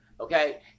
Okay